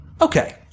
Okay